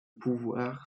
pouvoir